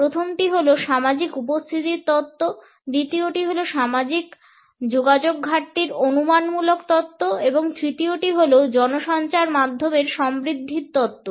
প্রথমটি হলো সামাজিক উপস্থিতির তত্ত্ব দ্বিতীয়টি হল সামাজিক যোগাযোগ ঘাটতির অনুমানমূলক তত্ত্ব এবং তৃতীয়টি হলো জনসঞ্চার মাধ্যমের সমৃদ্ধির তত্ত্ব